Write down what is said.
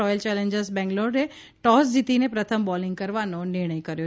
royal Challengers બેંગ્લોરે toss જીતીને પ્રથમ બોલિંગ કરવાનો નિર્ણય કર્યો